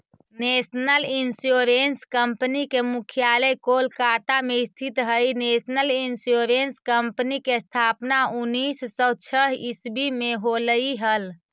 national insurance company के मुख्यालय कोलकाता में स्थित हइ नेशनल इंश्योरेंस कंपनी के स्थापना उन्नीस सौ छः ईसवी में होलई हल